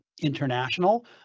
international